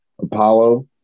Apollo